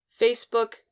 Facebook